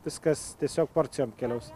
viskas tiesiog porcijom keliaus